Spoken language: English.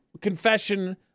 confession